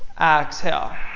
exhale